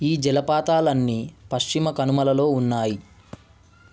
ఈ జలపాతాలన్నీ పశ్చిమ కనుమలలో ఉన్నాయి